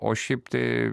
o šiaip tai